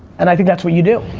and i think that's what you do.